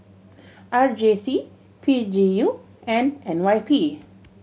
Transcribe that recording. R J C P G U and N Y P